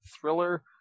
thriller